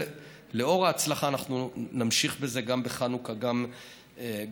לאור ההצלחה אנחנו נמשיך בזה גם בחנוכה, גם